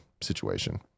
situation